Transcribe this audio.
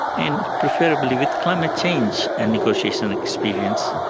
and preferably with climate change and negotiation experience.